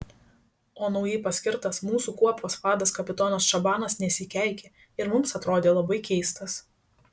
o naujai paskirtas mūsų kuopos vadas kapitonas čabanas nesikeikė ir mums atrodė labai keistas